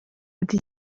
ati